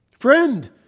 Friend